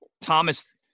Thomas